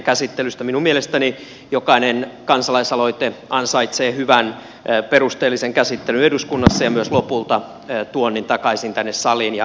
minun mielestäni jokainen kansalaisaloite ansaitsee hyvän perusteellisen käsittelyn eduskunnassa ja myös lopulta tuonnin takaisin tänne saliin ja äänestykseen